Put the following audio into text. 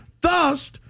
thus